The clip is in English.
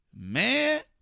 Man